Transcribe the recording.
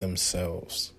themselves